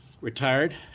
retired